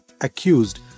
accused